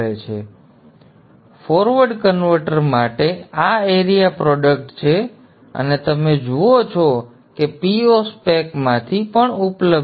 તેથી forward converter માટે આ એરિયા પ્રોડક્ટ છે અને તમે જુઓ છો કે Po specમાંથી ઉપલબ્ધ છે